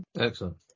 excellent